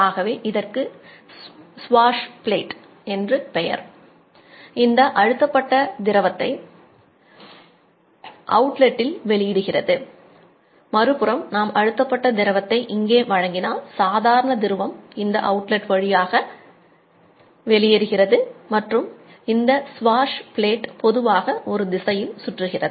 ஆகவே இதற்கு swash plate பொதுவாக ஒரு திசையில் சுற்றுகிறது